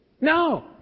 No